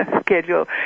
schedule